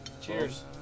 Cheers